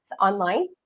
online